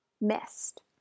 missed